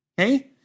okay